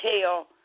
tell